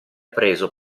preso